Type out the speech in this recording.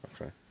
Okay